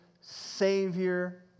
Savior